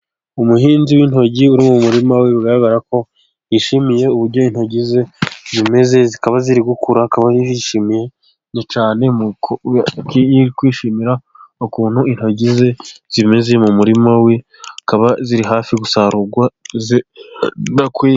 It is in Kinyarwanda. Umuhinzi w'intoryi uri mu murima we, bigaragara ko yishimiye uburyo intoryi ze zimeze, zikaba ziri gukura akaba yishimiye cyane, kwishimira ukuntu intoryi ze zimeze mu murima we, zikaba ziri hafi gusarurwa.